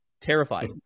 terrified